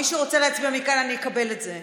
מי שרוצה להצביע מכאן, אני אקבל את זה.